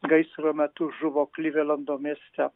gaisro metu žuvo klivelendo mieste